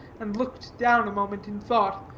and looked down a moment in thought,